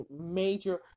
major